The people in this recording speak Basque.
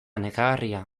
nekagarria